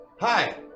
Hi